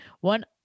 one